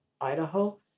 idaho